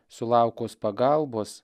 sulaukus pagalbos